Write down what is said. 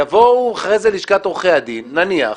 יבואו אחרי זה לשכת עורכי הדין, נניח,